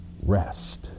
Rest